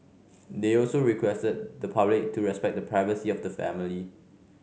they also requested the public to respect the privacy of the family